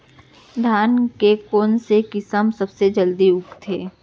धान के कोन से किसम सबसे जलदी उगथे?